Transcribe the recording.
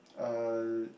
uh